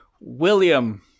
William